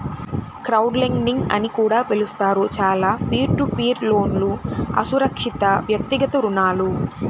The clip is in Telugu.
క్రౌడ్లెండింగ్ అని కూడా పిలుస్తారు, చాలా పీర్ టు పీర్ లోన్లుఅసురక్షితవ్యక్తిగత రుణాలు